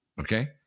Okay